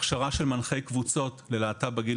הכשרה של מנחי קבוצות של להט"ב בגיל